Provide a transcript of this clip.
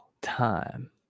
time